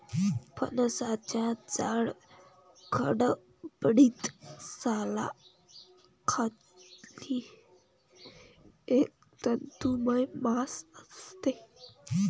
फणसाच्या जाड, खडबडीत सालाखाली एक तंतुमय मांस असते